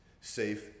safe